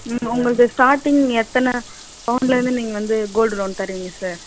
ம் உங்களது ஸ்டார்டிங் எத்தனை பவுன்லிருந்து நீங்கள் வந்து கோல்டு லோன் தருவீங்க சார்